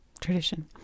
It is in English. Tradition